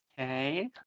Okay